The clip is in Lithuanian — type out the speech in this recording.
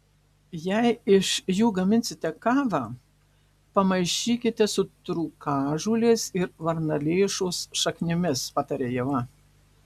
jei iš jų gaminsite kavą pamaišykite su trūkažolės ir varnalėšos šaknimis pataria ieva